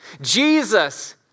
Jesus